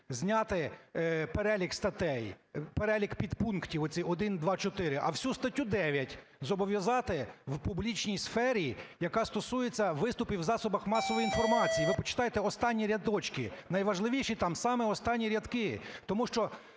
зняти перелік статей, перелік підпунктів оцей 1, 2, 4, а всю статтю 9 зобов'язати в публічній сфері, яка стосується виступів в засобах масової інформації. Ви почитайте останні рядочки, найважливіші там – самі останні рядки. Тому що